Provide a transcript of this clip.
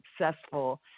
successful